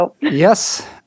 Yes